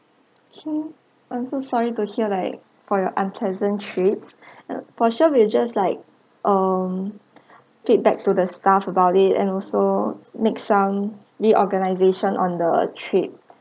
okay I'm so sorry to hear like for your unpleasant trip for sure we'll just like um feedback to the staff about it and also make some reorganisation on the trip